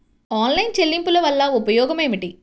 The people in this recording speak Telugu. ఆన్లైన్ చెల్లింపుల వల్ల ఉపయోగమేమిటీ?